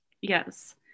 yes